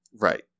Right